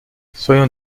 soyons